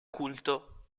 culto